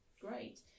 Great